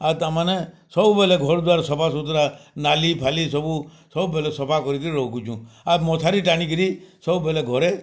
ଆର୍ ତାମାନେ ସବୁବେଲେ ଘର୍ ଦୁଆର୍ ସଫାସୁତରା ନାଲିଫାଲି ସବୁ ସବୁବେଲେ ସଫା କରିକରି ରଖୁଛୁଁ ଆର୍ ମଶାରୀ ଟାନିକିରି ସବୁବେଲେ ଘରେ